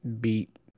beat